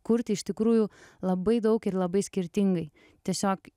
kurti iš tikrųjų labai daug ir labai skirtingai tiesiog